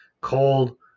cold